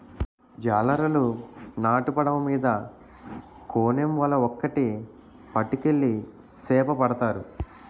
జాలరులు నాటు పడవ మీద కోనేమ్ వల ఒక్కేటి పట్టుకెళ్లి సేపపడతారు